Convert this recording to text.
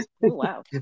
wow